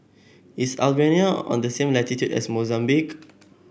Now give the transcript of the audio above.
is Albania on the same latitude as Mozambique